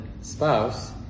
spouse